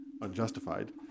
unjustified